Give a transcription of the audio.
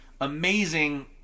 amazing